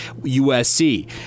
USC